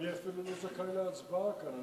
אני אפילו לא זכאי להצבעה כאן,